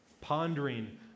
Pondering